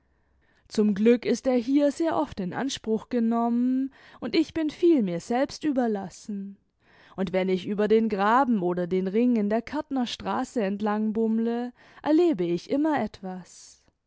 zum glück ist er hier sehr oft in anspruch genommen und ich bin viel mir selbst überlassen und wenn ich über den graben oder den ring in der kärtner straße entlang bummle erlebe ich immer etwas